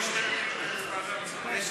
סעיף תקציבי 17,